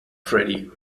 freddy